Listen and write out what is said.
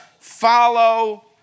follow